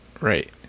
Right